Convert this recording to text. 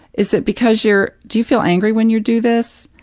is it because you're do you feel angry when you do this?